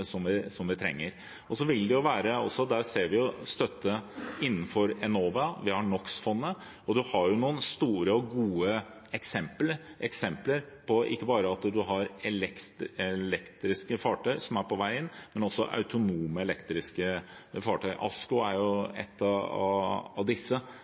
den kystflåten som vi trenger. Der ser vi støtte innenfor Enova, vi har NOx-fondet, og det er noen store og gode eksempler på at en ikke bare har elektriske fartøy, som er på vei inn, men også autonome elektriske fartøy. ASKO har ett av disse,